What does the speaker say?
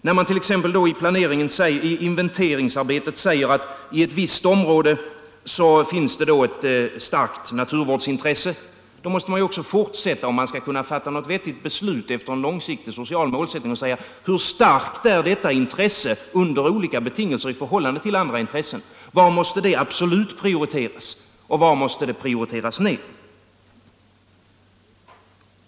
Om man t.ex. i inventeringsarbetet säger att det i ett visst område finns ett starkt naturvårdsintresse, så måste man också, om man skall kunna fatta något vettigt beslut efter en långsiktig social målsättning, fortsätta med att fråga: Hur starkt är detta intresse under olika betingelser i förhållande till andra intressen? Var måste det absolut prioriteras, och var skall man icke göra detta?